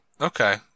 Okay